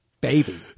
Baby